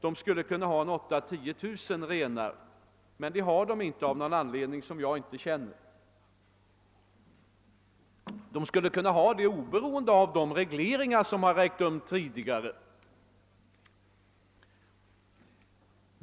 De skulle kunna ha 8000—210 000 renar. Av någon anledning som jag inte känner till har de inte detta. De skulle kunna ha detta antal oberoende av de regleringar som tidigare har ägt rum.